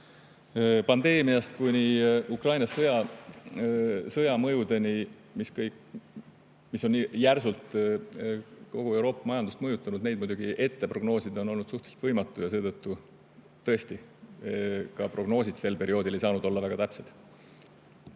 pandeemiast kuni Ukraina sõjani, mis on järsult kogu Euroopa majandust mõjutanud, muidugi ette ei prognoosinud. See oli suhteliselt võimatu ja seetõttu tõesti prognoosid sel perioodil ei saanud olla väga täpsed.